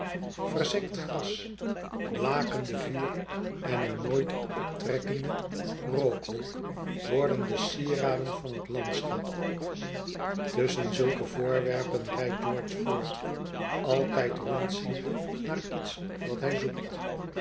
verzengd gras blakende vuren en eene nooit optrekkende rookwolk worden de sieraden van het landschap tusschen zulke voorwerpen rijdt george voort altijd rondziende naar iets dat hij zoekt